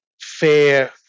fair